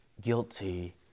guilty